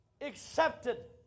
accepted